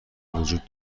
وجود